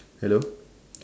hello